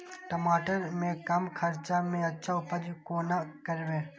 टमाटर के कम खर्चा में अच्छा उपज कोना करबे?